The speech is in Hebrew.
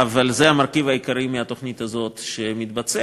אבל זה המרכיב העיקרי של התוכנית הזאת שמתבצע.